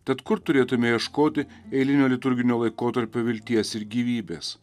tad kur turėtume ieškoti eilinio liturginio laikotarpio vilties ir gyvybės